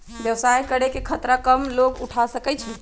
व्यवसाय करे के खतरा कम लोग उठा सकै छै